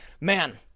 man